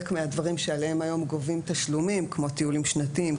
מהדברים שעליהם היום גובים תשלומים כמו טיולים שנתיים,